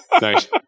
nice